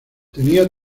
tenía